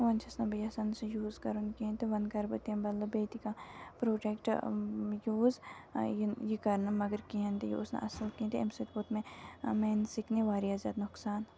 وۄنۍ چھَس نہٕ بہٕ یَژھان سُہ یوٗز کَرُن کِہیٖنۍ تہٕ وۄنۍ کَرٕ بہٕ تَمہِ بَدلہٕ بیٚیہِ تہِ کانٛہہ پرٛوڈکٹ یوٗز یہِ کَرٕ نہٕ مگر کِہیٖنۍ تہِ یہِ اوس نہٕ اَصٕل کِہیٖنۍ تہِ امہِ سۭتۍ ووت مےٚ میٛانہِ سِکنہِ واریاہ زیادٕ نۄقصان